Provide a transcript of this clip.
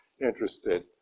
interested